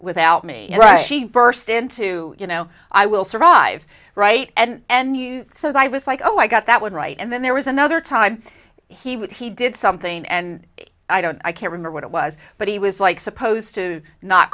without me she burst into you know i will survive right and you so i was like oh i got that would right and then there was another time he would he did something and i don't i can't remember what it was but he was like supposed to not